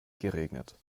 geregnet